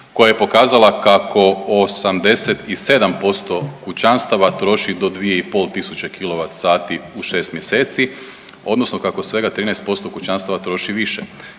koja je pokazala kako 87% kućanstava troši do 2500 kWh u 6 mjeseci odnosno kako svega 13% kućanstava troši više